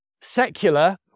secular